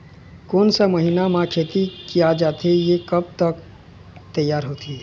कोन सा महीना मा खेती किया जाथे ये कब तक तियार होथे?